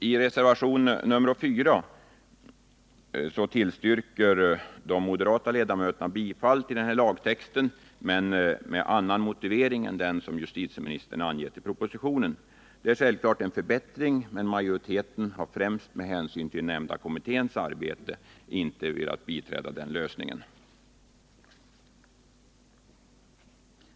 I reservationen 4 tillstyrker de moderata ledamöterna bifall till lagtexten, men med annan motivering än den som justitieministern har angett i propositionen. Det är självklart en förbättring, men majoriteten har främst med hänsyn till den nämnda kommitténs arbete inte velat biträda denna lösning.